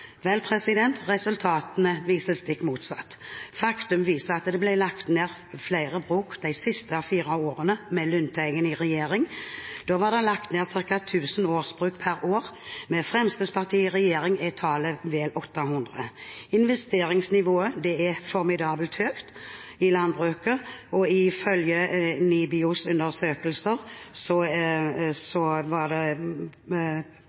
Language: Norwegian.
Resultatene viser det stikk motsatte. Faktum er at det ble lagt ned flere bruk de siste fire årene med representanten Lundteigens parti i regjering. Da ble det lagt ned ca. 1 000 bruk per år. Med Fremskrittspartiet i regjering er tallet vel 800. Investeringsnivået er formidabelt høyt i landbruket, og ifølge NIBIOs undersøkelser